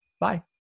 Bye